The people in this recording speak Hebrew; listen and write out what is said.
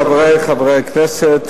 חברי חברי הכנסת,